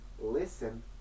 listen